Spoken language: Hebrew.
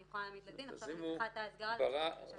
אני יכולה להעמיד לדין ועכשיו אני צריכה הסגרה לצורך הגשת כתב אישום.